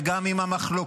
וגם עם המחלוקות,